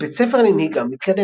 בית ספר לנהיגה מתקדמת.